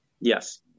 Yes